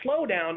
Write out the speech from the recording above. slowdown